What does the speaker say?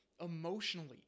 emotionally